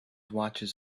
watches